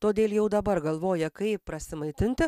todėl jau dabar galvoja kaip prasimaitinti